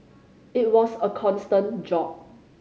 it was a constant job